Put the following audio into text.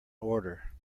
order